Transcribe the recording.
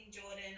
Jordan